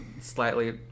slightly